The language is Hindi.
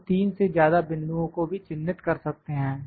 हम 3 से ज्यादा बिंदुओं को भी चिन्हित कर सकते हैं